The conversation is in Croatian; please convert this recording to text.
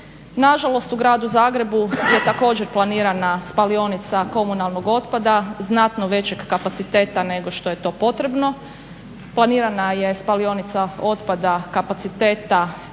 Na žalost u gradu Zagrebu je također planirana spalionica komunalnog otpada znatno većeg kapaciteta nego što je to potrebno. Planirana je spalionica otpada kapaciteta 360000